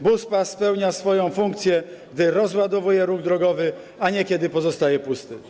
Buspas spełnia swoją funkcję, gdy rozładowuje ruch drogowy, a nie kiedy pozostaje pusty.